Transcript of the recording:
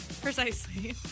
precisely